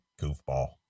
goofball